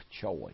choice